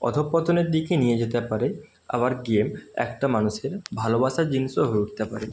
অধঃপতনের দিকে নিয়ে যেতে পারে আবার গেম একটা মানুষের ভালোবাসার জিনিসও হয়ে উঠতে পারে